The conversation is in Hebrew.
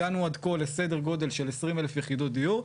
הגענו עד כה לסדר גודל של 20,000 יחידות דיור.